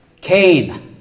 Cain